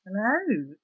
Hello